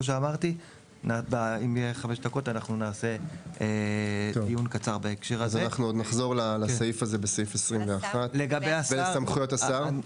טוב, אז אנחנו עוד נחזור לסעיף 21. וסמכויות השר?